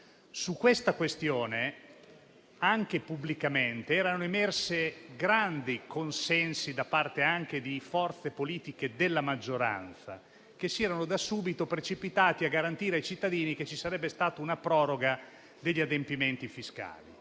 Su tale questione, anche pubblicamente, erano emersi grandi consensi da parte anche di forze politiche della maggioranza, che si erano da subito precipitate a garantire ai cittadini che ci sarebbe stata una proroga degli adempimenti fiscali.